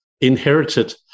inherited